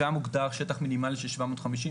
גם הוגדר שטח מינימלי של 750,